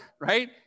right